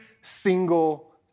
single